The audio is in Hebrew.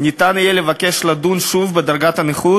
יהיה אפשר לבקש לדון שוב בדרגת הנכות